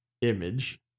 image